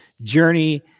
journey